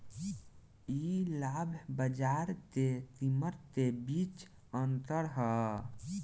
इ लाभ बाजार के कीमत के बीच के अंतर ह